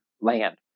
land